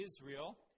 Israel